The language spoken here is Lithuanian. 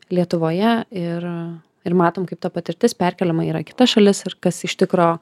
lietuvoje ir ir matom kaip ta patirtis perkeliama yra į kitas šalis ir kas iš tikro